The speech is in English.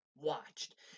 Watched